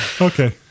Okay